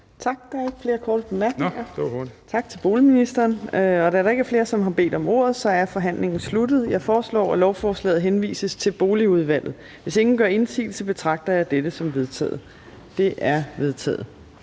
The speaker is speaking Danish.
Torp): Der er ikke flere korte bemærkninger. Tak til boligministeren. Da der ikke er flere, som har bedt om ordet, er forhandlingen sluttet. Jeg foreslår, at lovforslaget henvises til Boligudvalget. Hvis ingen gør indsigelse, betragter jeg dette som vedtaget. Det er vedtaget.